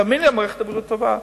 תאמין לי, מערכת הבריאות טובה.